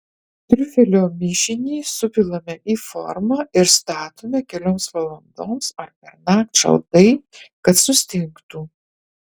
triufelių mišinį supilame į formą ir statome kelioms valandoms ar pernakt šaltai kad sustingtų